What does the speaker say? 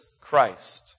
Christ